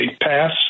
pass